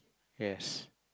yes